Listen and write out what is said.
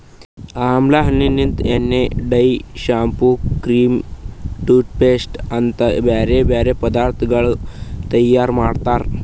ಆಮ್ಲಾ ಹಣ್ಣ ಲಿಂತ್ ಎಣ್ಣೆ, dye, shampoo, cream, toothpaste ಅಂತ್ ಬ್ಯಾರೆ ಬ್ಯಾರೆ ಪದಾರ್ಥಗೊಳ್ ತೈಯಾರ್ ಮಾಡ್ತಾರ್